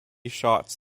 shots